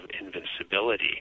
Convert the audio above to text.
invincibility